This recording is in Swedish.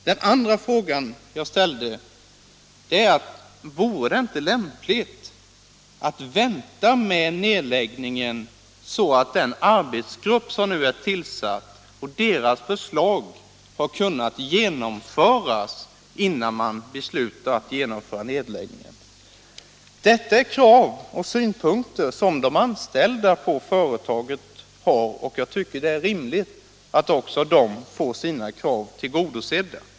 Den andra frågan som jag ställde var: Vore det inte lämpligt att vänta med nedläggningen, så att förslaget från den arbetsgrupp som nu är tillsatt har kunnat genomföras innan man beslutar att verkställa nedläggningen? Detta är krav och synpunkter som de anställda på företaget har, och jag tycker det är rimligt att de får sina krav tillgodosedda.